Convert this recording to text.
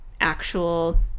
actual